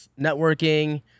networking